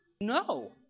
No